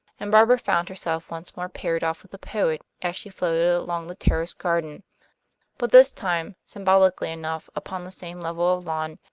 and barbara found herself once more paired off with the poet, as she floated along the terrace garden but this time, symbolically enough, upon the same level of lawn.